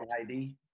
ID